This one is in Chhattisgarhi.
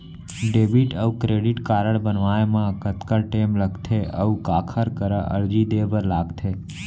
डेबिट अऊ क्रेडिट कारड बनवाए मा कतका टेम लगथे, अऊ काखर करा अर्जी दे बर लगथे?